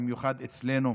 במיוחד אצלנו,